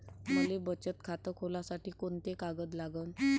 मले बचत खातं खोलासाठी कोंते कागद लागन?